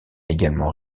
également